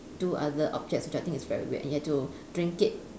two other objects which I think is very weird and you have to drink it